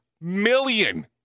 million